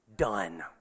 done